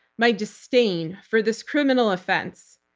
my disdain, for this criminal offense.